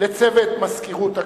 ולצוות מזכירות הכנסת,